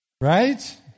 Right